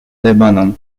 lebanon